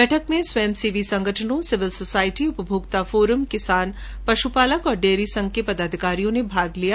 बैठक में स्वयंसेवी संगठनों सिविल सोसायटी उपभोक्ता फोरम किसान पशुपालक और डेयरी संघ के पदाधिकारियो ने भाग लिया